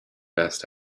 best